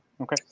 Okay